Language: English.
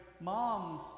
moms